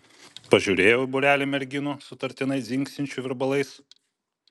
pažiūrėjau į būrelį merginų sutartinai dzingsinčių virbalais